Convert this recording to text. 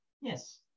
Yes